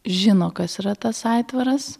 žino kas yra tas aitvaras